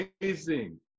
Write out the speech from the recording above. amazing